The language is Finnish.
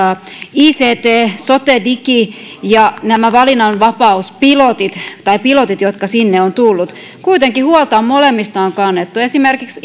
ict sotedigi ja nämä valinnanvapauspilotit tai pilotit jotka sinne ovat tulleet kuitenkin huolta on molemmista kannettu esimerkiksi